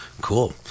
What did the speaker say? Cool